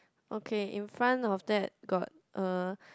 okay in front of that got a